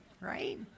right